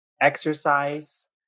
exercise